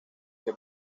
que